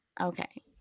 Okay